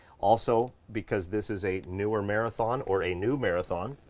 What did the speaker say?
also, because this is a newer marathon, or a new marathon,